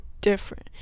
different